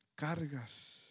Cargas